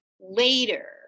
later